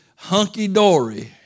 hunky-dory